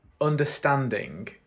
understanding